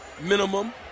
minimum